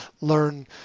learn